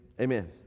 amen